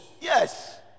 Yes